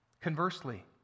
Conversely